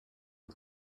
own